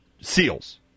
Seals